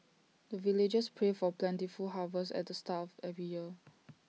the villagers pray for plentiful harvest at the start of every year